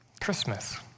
Christmas